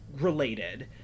related